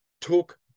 took